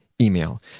email